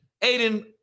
Aiden